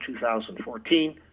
2014